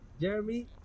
Jeremy